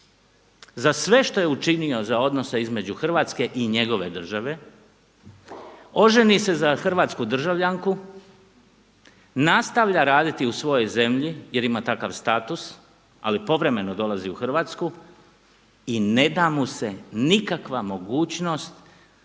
za sve što je učinio za odnose između Hrvatske i njegove države, oženi se za hrvatsku državljanku, nastavlja raditi u svojoj zemlji jer ima takav status, ali povremeno dolazi u Hrvatsku i ne da mu se nikakva mogućnost